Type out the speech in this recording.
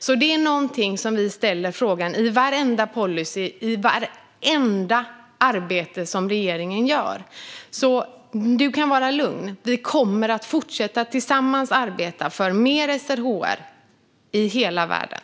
Vi ställer denna fråga i varenda policy och i vartenda arbete som regeringen gör. Du kan vara lugn, Yasmine Posio: Vi kommer att fortsätta att tillsammans arbeta för mer SRHR i hela världen.